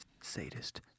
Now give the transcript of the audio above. Sadist